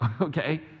okay